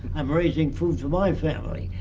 i'm raising food for my family.